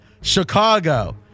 Chicago